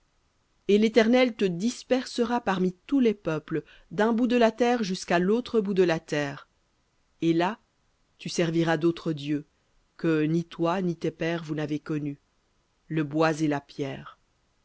et l'éternel te dispersera parmi tous les peuples d'un bout de la terre jusqu'à l'autre bout de la terre et là tu serviras d'autres dieux que ni toi ni tes pères vous n'avez connus le bois et la pierre